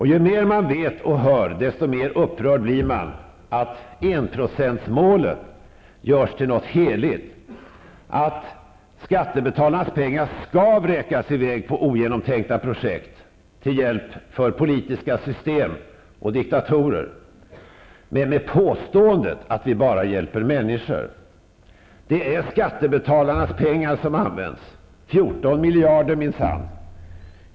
Ju mer man vet och hör, desto mer upprörd blir man över att enprocentsmålet görs till något heligt, över att skattebetalarnas pengar skall vräkas i väg på ogenomtänkta projekt till hjälp för politiska system och diktatorer, med påståendet att vi bara hjälper människor. Det är skattebetalarnas pengar som används -- 14 miljarder, minsann.